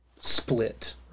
split